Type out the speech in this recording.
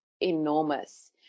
enormous